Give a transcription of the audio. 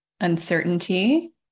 uncertainty